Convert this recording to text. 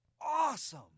Awesome